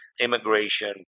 immigration